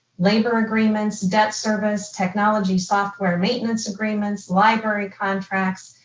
labor agreements, debt service, technology, software maintenance agreements, library contracts,